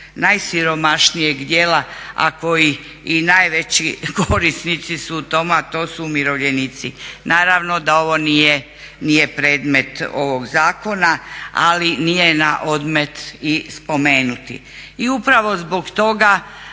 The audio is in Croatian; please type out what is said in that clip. najsiromašnijeg dijela a kojeg i najveći korisnici su u tom a to su umirovljenici. Naravno da ovo nije predmet ovog zakona ali nije na odmet i spomenuti. I upravo zbog toga